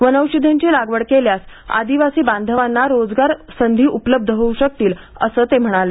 वनौषधींची लागवड केल्यास आदिवासी बांधवांना रोजगार संधी उपलब्ध होऊ शकतील असं ते म्हणाले